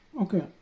Okay